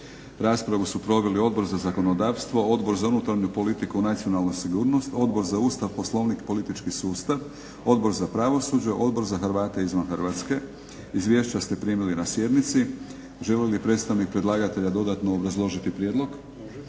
Raspravu su proveli Odbor za zakonodavstvo, Odbor za unutarnju politiku, nacionalnu sigurnost, Odbor za Ustav, Poslovnik i politički sustav, Odbor za pravosuđe, Odbor za Hrvatske izvan RH. Izvješća ste primili na sjednici. Želi li predstavnik predlagatelja dodatno obrazložiti prijedlog? Zamjenik